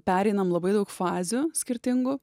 pereinam labai daug fazių skirtingų